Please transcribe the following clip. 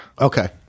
Okay